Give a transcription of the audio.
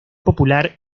popular